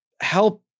help